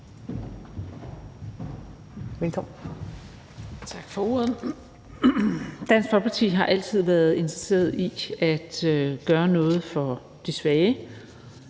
(DF): Tak for ordet. Dansk Folkeparti har altid været interesseret i at gøre noget for de svage,